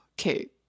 okay